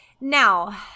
Now